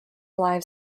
live